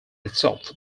itself